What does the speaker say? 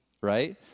right